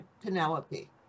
penelope